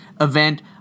event